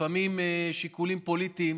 לפעמים שיקולים פוליטיים